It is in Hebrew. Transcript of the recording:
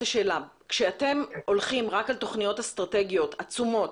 את --- כשאתם הולכים רק על תוכניות אסטרטגיות עצומות,